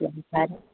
ꯌꯥꯝ ꯐꯔꯦ